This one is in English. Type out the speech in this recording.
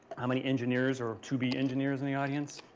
how many engineers or to be engineers in the audience?